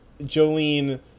Jolene